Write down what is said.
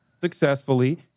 successfully